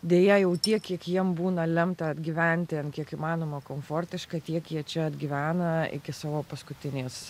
deja jau tiek kiek jiem būna lemta atgyventi kiek įmanoma komfortiškai tiek kiek čia gyvena iki savo paskutinės